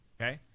okay